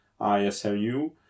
ISLU